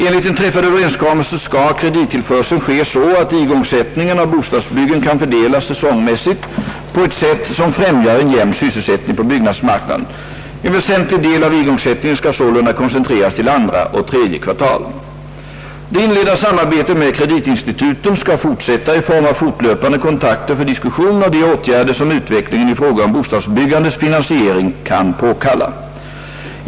Enligt en träffad överenskommelse skall kredittillförseln ske så att igångsättningen av bostadsbyggen kan fördelas säsongmässigt på ett sätt som främjar en jämn sysselsättning på byggnadsmarknaden. En väsentlig del av igångsättningen skall sålunda koncentreras till andra och tredje kvartalen. Det inledda samarbetet med kreditinstituten skall fortsätta i form av fortlöpande kontakter för diskussion av de åtgärder som utvecklingen i fråga om bostadsbyggandets finansiering kan påkalla.